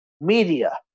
media